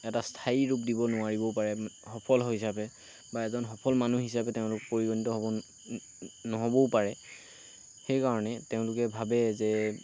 এটা স্থায়ী ৰূপ দিব নোৱাৰিবও পাৰে সফল হিচাপে বা এজন সফল মানুহ হিচাপে তেওঁলোক পৰিগণিত হ'ব নহ'বও পাৰে সেইকাৰণে তেওঁলোকে ভাবে যে